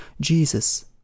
Jesus